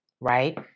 Right